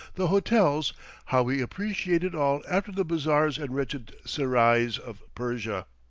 the hotels how we appreciate it all after the bazaars and wretched serais of persia!